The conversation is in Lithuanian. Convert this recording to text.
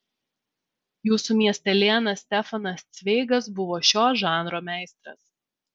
jūsų miestelėnas stefanas cveigas buvo šio žanro meistras